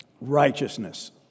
Righteousness